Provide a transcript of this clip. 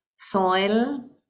Soil